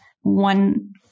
One